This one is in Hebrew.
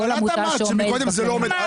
כל עמותה שעומדת בכללים.